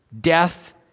death